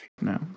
No